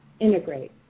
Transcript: integrate